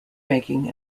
making